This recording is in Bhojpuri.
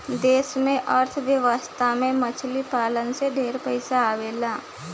देश के अर्थ व्यवस्था में मछली पालन से ढेरे पइसा आवेला